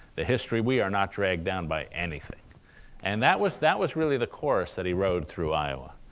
the history we are not dragged down by anything and that was that was really the chorus that he rode through iowa.